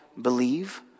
believe